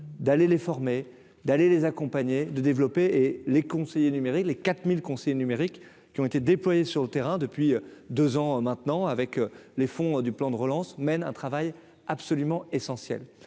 d'aller les former, d'aller les accompagner, de développer et les conseillers énumérer les 4000 conseillers numériques qui ont été déployés sur le terrain depuis 2 ans maintenant, avec les fonds du plan de relance, mène un travail absolument essentielle,